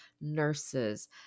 nurses